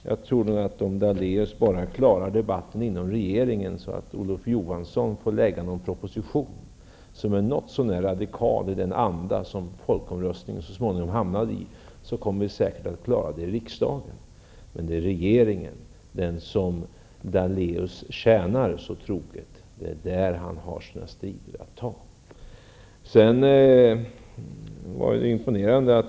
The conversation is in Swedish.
Jag tror att om Lennart Daléus bara klarar debatten inom regeringen, så att Olof Johansson får lägga fram någon proposition som är något så när radikal i den anda som en folkomröstning så småningom kommer att hållas i, kommer det nog säkert att klaras i riksdagen, men det är inom den regering som Lennart Daléus tjänar så troget som han har sina strider att ta.